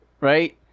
right